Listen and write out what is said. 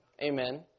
amen